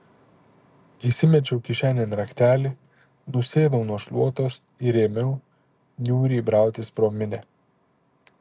įsimečiau kišenėn raktelį nusėdau nu šluotos ir ėmiau niūriai brautis pro minią